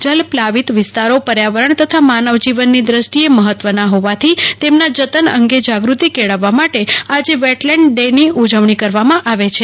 જલપ્લાવીત વિસ્તારો પર્યાવરણ તથા માનવ જીવનની દૃષ્ટિએ મહત્વના હોવાથી તેમના જતન અંગે જાગૃતિકેળવવા માટે આજે વેટલેન્ડ દિવસની ઉજવણી કરવામાં આવે છે